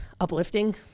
uplifting